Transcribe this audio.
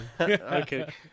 okay